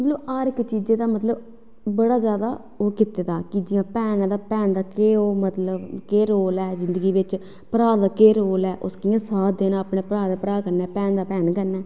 ते हर इक्क चीज़ै दा मतलब बड़ा ओह् कीते दा जियां भैन ऐ ते भैन दा केह् ओह् मतलब केह् रोल ऐ जिंदगी बिच भ्रा दा केह् रोल ऐ उनें केह् साथ देना भ्रा दा भ्रा कन्नै भैन दा भैन कन्नै